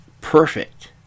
perfect